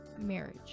marriage